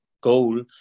goal